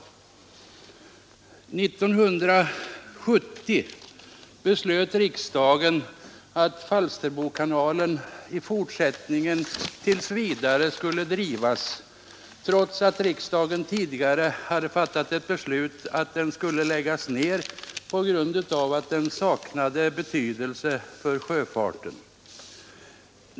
År 1970 beslöt riksdagen att Falsterbokanalen i fortsättningen tills vidare skulle drivas, trots att riksdagen tidigare fattat ett beslut om att den skulle läggas ned på grund av att den saknade betydelse för sjöfarten.